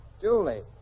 Julie